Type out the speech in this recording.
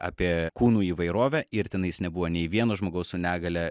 apie kūnų įvairovę ir tenais nebuvo nei vieno žmogaus su negalia